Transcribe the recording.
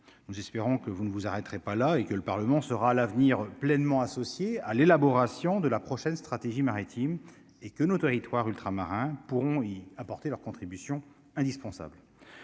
nous espérons que vous ne vous arrêterez pas là et que le Parlement sera à l'avenir pleinement associés à l'élaboration de la prochaine stratégie maritime et que nos territoires ultramarins pourront y apporter leur contribution, indispensable,